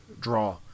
draw